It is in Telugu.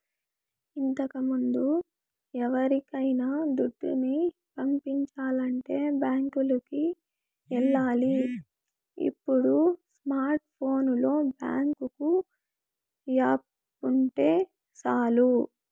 ఇంతకముందు ఎవరికైనా దుడ్డుని పంపించాలంటే బ్యాంకులికి ఎల్లాలి ఇప్పుడు స్మార్ట్ ఫోనులో బ్యేంకు యాపుంటే సాలు